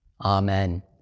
Amen